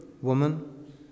Woman